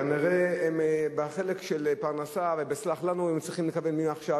כנראה בחלק של פרנסה וב"סלח לנו" הם צריכים לקבל מעכשיו,